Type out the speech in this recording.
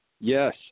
Yes